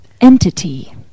entity